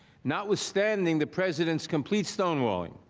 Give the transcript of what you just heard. notwithstanding, the president's complete stonewalling.